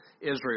Israel